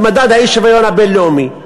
במדד האי-שוויון הבין-לאומי,